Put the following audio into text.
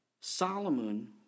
Solomon